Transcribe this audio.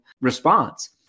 response